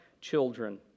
children